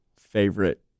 favorite